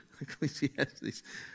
Ecclesiastes